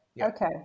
okay